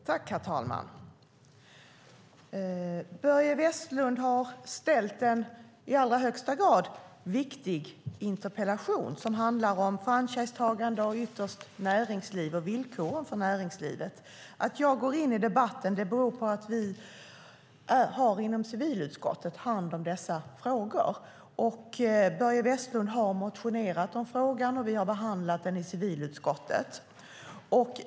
Herr talman! Börje Vestlund har ställt en i allra högsta grad viktig interpellation som handlar om franchisetagande och ytterst näringsliv och villkoren för näringslivet. Att jag går in i debatten beror på att vi i civilutskottet har hand om dessa frågor. Börje Vestlund har motionerat om frågan, och vi har behandlat den i civilutskottet.